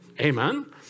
Amen